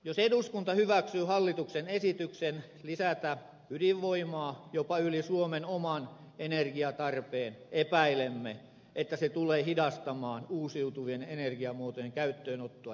jos eduskunta hyväksyy hallituksen esityksen lisätä ydinvoimaa jopa yli suomen oman energiatarpeen epäilemme että se tulee hidastamaan uusiutuvien energiamuotojen käyttöönottoa ja kehittämistä